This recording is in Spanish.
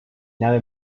nave